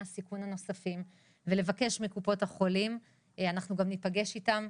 הסיכון הנוספים ולבקש מקופות החולים ואנחנו גם ניפגש איתן,